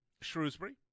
Shrewsbury